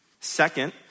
Second